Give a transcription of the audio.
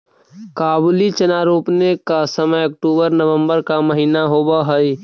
काबुली चना रोपने का समय अक्टूबर नवंबर का महीना होवअ हई